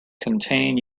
contain